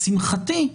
לשמחתי,